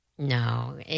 No